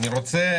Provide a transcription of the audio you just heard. אני רוצה